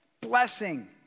Blessing